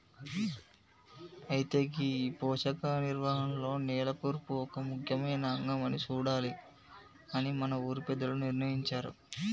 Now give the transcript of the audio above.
అయితే గీ పోషక నిర్వహణలో నేల కూర్పు ఒక ముఖ్యమైన అంగం అని సూడాలి అని మన ఊరి పెద్దలు నిర్ణయించారు